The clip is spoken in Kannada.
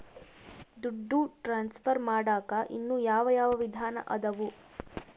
ದುಡ್ಡು ಟ್ರಾನ್ಸ್ಫರ್ ಮಾಡಾಕ ಇನ್ನೂ ಯಾವ ಯಾವ ವಿಧಾನ ಅದವು?